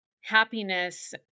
happiness